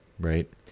right